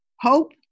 hope